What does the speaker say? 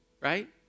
Right